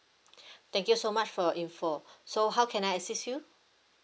thank you so much for your info so how can I assist you